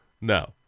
no